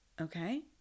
Okay